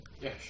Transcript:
Yes